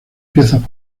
piezas